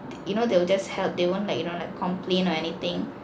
you know they'll just help they won't like you know like complain or anything